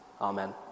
Amen